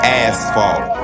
asphalt